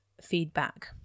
feedback